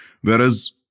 Whereas